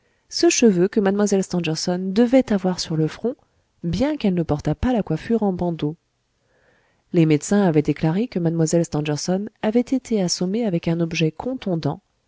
ce cheveu que mlle stangerson devait avoir sur le front bien qu'elle ne portât pas la coiffure en bandeaux les médecins avaient déclaré que mlle stangerson avait été assommée avec un objet contondant